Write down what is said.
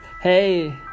Hey